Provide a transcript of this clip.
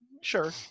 Sure